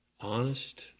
Honest